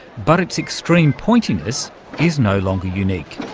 but its extreme pointiness is no longer unique.